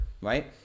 right